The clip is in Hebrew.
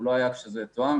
הוא לא היה כשזה תואם,